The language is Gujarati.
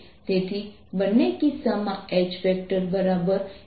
તેથી બંને કિસ્સામાં H 14π3m